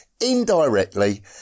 indirectly